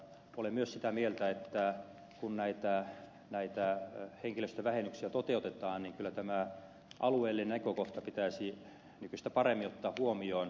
olen myös sitä mieltä että kun näitä henkilöstövähennyksiä toteutetaan niin kyllä tämä alueellinen näkökohta pitäisi nykyistä paremmin ottaa huomioon